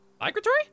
Migratory